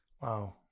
Wow